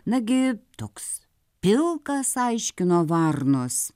nagi toks pilkas aiškino varnos